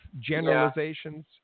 generalizations